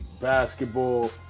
basketball